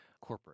corporate